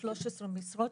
13 משרות,